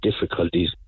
difficulties